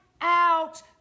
out